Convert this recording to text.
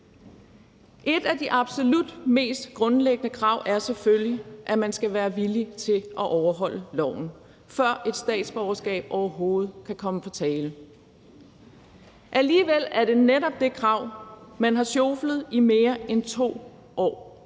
Et af de absolut mest grundlæggende krav er selvfølgelig, at man skal være villig til at overholde loven, før et statsborgerskab overhovedet kan komme på tale. Alligevel er det netop det krav, man har sjoflet i mere end 2 år.